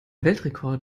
weltrekord